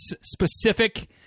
specific